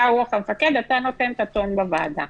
אתה רוח המפקד, אתה נותן את הטון בוועדה.